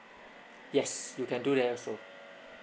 yes you can do that also